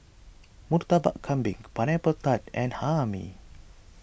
Murtabak Kambing Pineapple Tart and Hae Mee